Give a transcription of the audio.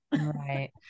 right